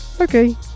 okay